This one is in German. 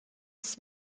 des